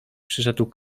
przyszedł